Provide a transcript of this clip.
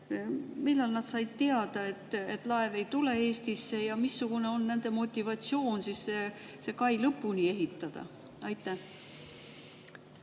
millal nad said teada, et laev ei tule Eestisse, ja missugune on nende motivatsioon see kai lõpuni ehitada. Aitäh!